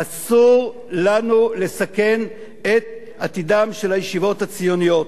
אסור לנו לסכן את עתידן של הישיבות הציוניות.